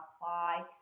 apply